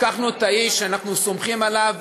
לקחנו את האיש שאנחנו סומכים עליו,